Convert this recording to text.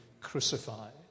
crucified